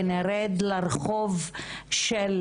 ונרד לרחוב של